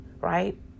right